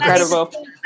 Incredible